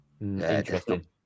Interesting